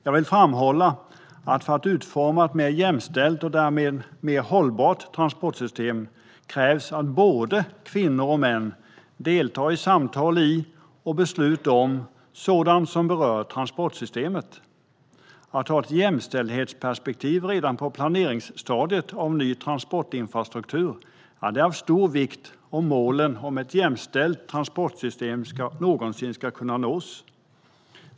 Jag vill framhålla att för att utforma ett mer jämställt och därmed mer hållbart transportsystem krävs att både kvinnor och män deltar i samtal och beslut om sådant som berör transportsystemet. Att ha ett jämställdhetsperspektiv redan på planeringsstadiet på en ny transportinfrastruktur är av stor vikt om målen om ett jämställt transportsystem någonsin ska kunna nås.